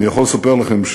אני יכול לספר לכם,